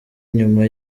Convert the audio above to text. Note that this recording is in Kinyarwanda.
nyuma